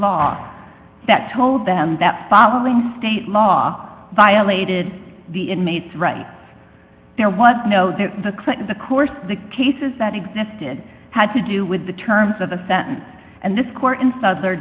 law that told them that following state law violated the inmates right there was no that the clip in the course of the cases that existed had to do with the terms of the sentence and this court in souther